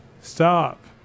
Stop